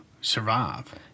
survive